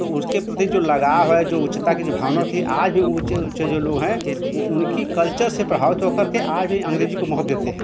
तो उसके प्रति जो लगाव है जो उच्चता कि भावना थी आज भी ऊँचे ऊँचे जो लोग हैं वो उनकी कल्चर से प्रभावित होकर के आज भी अंगरेजी को महत्व देते हैं